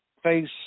face